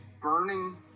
burning